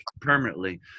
permanently